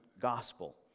gospel